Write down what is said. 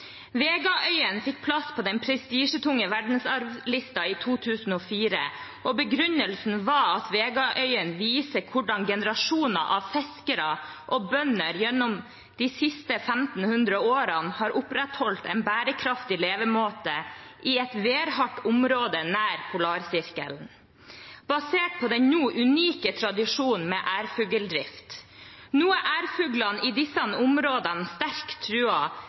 fikk plass på den prestisjetunge verdensarvlisten i 2004. Begrunnelsen var at Vegaøyan viser hvordan generasjoner av fiskere og bønder gjennom de siste 1 500 årene har opprettholdt en bærekraftig levemåte i et værhardt område nær Polarsirkelen, basert på den nå unike tradisjonen med ærfugldrift. Nå er ærfuglene i disse områdene sterkt